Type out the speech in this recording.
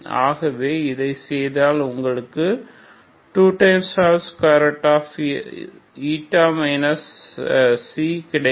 ஆகவே இதை செய்தால் உங்களுக்கு 2 கிடைக்கும்